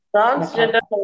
Transgender